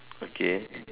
okay